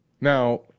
Now